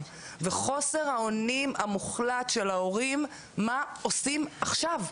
וחוסר האונים המוחלט של ההורים מה עושים עכשיו.